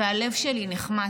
והלב שלי נחמץ.